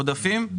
עודפים.